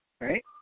Right